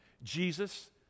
jesus